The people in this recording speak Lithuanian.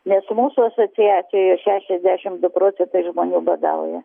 nes mūsų asociacijoje šešiasdešim du procentai žmonių badauja